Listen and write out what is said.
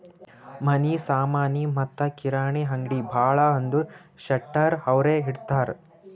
ಮನಿ ಸಾಮನಿ ಮತ್ತ ಕಿರಾಣಿ ಅಂಗ್ಡಿ ಭಾಳ ಅಂದುರ್ ಶೆಟ್ಟರ್ ಅವ್ರೆ ಇಡ್ತಾರ್